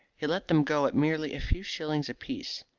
he let them go at merely a few shillings apiece.